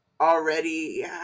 already